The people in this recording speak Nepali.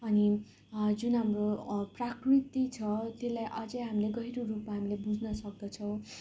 अनि जुन हाम्रो प्रकृति छ त्यसलाई अझ हामीले गहिरो रूपमा हामीले बुझ्न सक्दछौँ